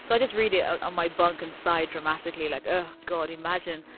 so i just read it out on my bunk inside dramatically like a god. imagine.